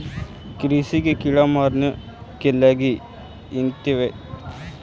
कृषि के कीड़ा के मारे के लगी इंसेक्टिसाइट्स् के प्रयोग होवऽ हई